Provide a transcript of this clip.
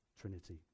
Trinity